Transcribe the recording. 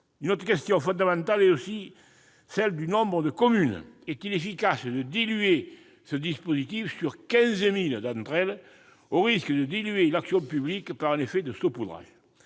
Une autre question fondamentale est celle du nombre de communes. Est-il efficace de diluer le dispositif sur 15 000 d'entre elles, au risque de diluer l'action publique par un effet de saupoudrage ?